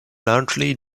largely